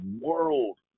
world